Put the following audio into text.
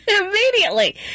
immediately